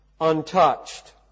untouched